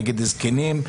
נגד זקנים,